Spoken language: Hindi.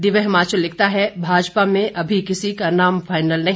दिव्य हिमाचल लिखता है भाजपा में अभी किसी का नाम फाइनल नहीं